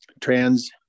trans